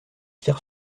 cyr